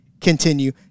continue